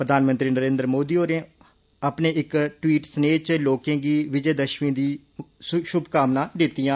प्रधानमंत्री नरेन्द्र मोदी होरें अपने इक ट्वीट सनेह च लोकें गी विजय दशमीं दियां शुभकामनां भेंट कीतियां